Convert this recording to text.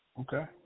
Okay